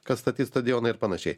kas statys stadioną ir panašiai